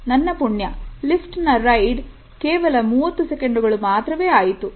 ನನ್ನ ಪುಣ್ಯ ಲಿಫ್ಟಿನ ರೈಡ್ ಕೇವಲ 30 ಸೆಕೆಂಡುಗಳು ಮಾತ್ರವೇ ಆಯಿತು